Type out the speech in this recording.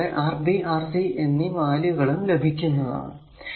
അത് പോലെ Rb Rc എന്നീ വാല്യൂ കളും ലഭിക്കുന്നതാണ്